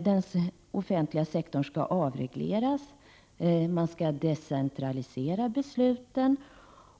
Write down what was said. Den offentliga sektorn skall avregleras, besluten skall decentraliseras